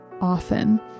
often